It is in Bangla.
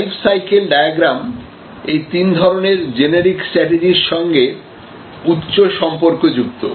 লাইফ সাইকেল ডায়াগ্রাম এই তিন ধরনের জেনেরিক স্ট্র্যাটেজির সঙ্গে উচ্চ সম্পর্কযুক্ত